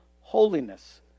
holiness